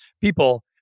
people